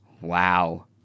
Wow